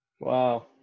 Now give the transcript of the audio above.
Wow